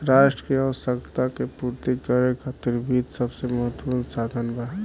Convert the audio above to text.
राष्ट्र के आवश्यकता के पूर्ति करे खातिर वित्त सबसे महत्वपूर्ण साधन बा